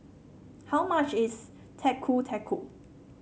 how much is Getuk Getuk